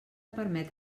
permet